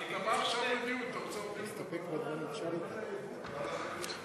בכבוד, בוועדה אתה רוצה עוד דיון בוועדה?